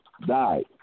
died